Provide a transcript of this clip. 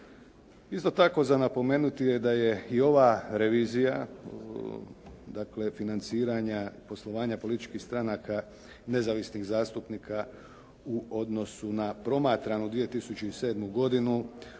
Isto tako za napomenuti je da je i ova revizija dakle financiranja i poslovanja političkih stranaka nezavisnih zastupnika u odnosu na promatranu 2007. godinu,